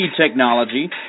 technology